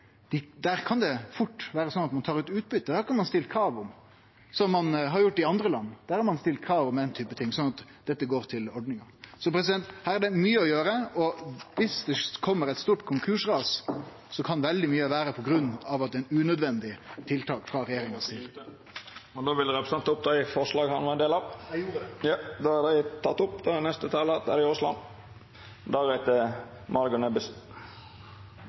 fort kan ta ut utbytte. Dette kunne ein ha stilt krav om, som ein har gjort i andre land. Der har ein stilt krav om den typen ting, sånn at dette går til ordninga. Her er det mykje å gjere, og viss det kjem eit stort konkursras, kan veldig mykje vere på grunn av unødvendige tiltak frå regjeringa si side. Representanten Torgeir Knag Fylkesnes har teke opp dei forslaga han refererte til. Da komiteen startet behandlingen av